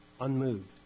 unmoved